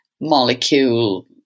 molecule